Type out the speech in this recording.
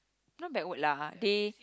not backward lah they